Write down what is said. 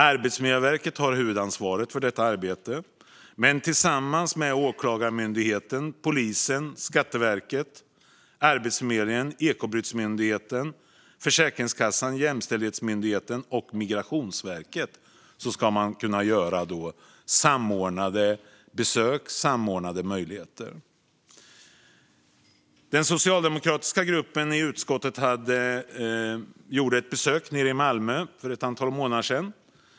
Arbetsmiljöverket har huvudansvaret för detta arbete. Tillsammans med Åklagarmyndigheten, polisen, Skatteverket, Arbetsförmedlingen, Ekobrottsmyndigheten, Försäkringskassan, Jämställdhetsmyndigheten och Migrationsverket ska man kunna göra samordnade besök och ha samordnade möjligheter. Den socialdemokratiska gruppen i utskottet gjorde ett besök nere i Malmö för ett antal månader sedan.